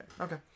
okay